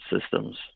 systems